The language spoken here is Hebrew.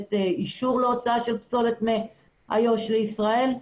לתת אישור להוצאת פסולת מאיו"ש לישראל.